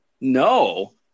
No